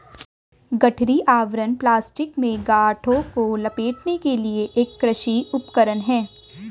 गठरी आवरण प्लास्टिक में गांठों को लपेटने के लिए एक कृषि उपकरण है